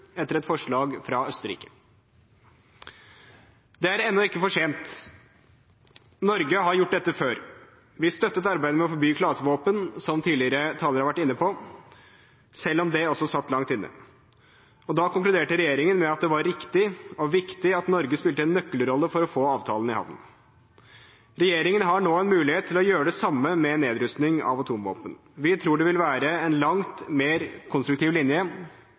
etter et forslag fra Østerrike. Det er ennå ikke for sent. Norge har gjort dette før. Vi støttet arbeidet med å forby klasevåpen, som tidligere talere har vært inne på, selv om det også satt langt inne. Da konkluderte regjeringen med at det var riktig og viktig at Norge spilte en nøkkelrolle for å få avtalen i havn. Regjeringen har nå en mulighet til å gjøre det samme med nedrustning av atomvåpen. Vi tror det vil være en langt mer konstruktiv linje